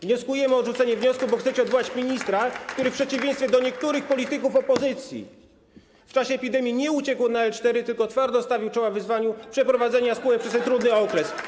Wnosimy o odrzucenie wniosku, bo chcecie odwołać ministra, który w przeciwieństwie do niektórych polityków opozycji w czasie epidemii nie uciekł na L4, tylko twardo stawił czoła wyzwaniu przeprowadzenia spółek przez ten trudny okres.